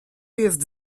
jest